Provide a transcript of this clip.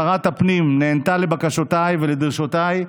שרת הפנים נענתה לבקשותיי ולדרישותיי,